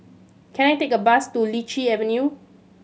can I take a bus to Lichi Avenue